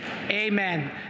Amen